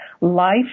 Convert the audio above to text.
Life